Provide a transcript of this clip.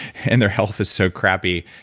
and their health is so crappy.